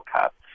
Cup